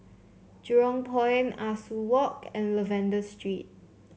Jurong Point Ah Soo Walk and Lavender Street